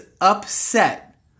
upset